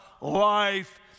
life